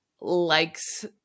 likes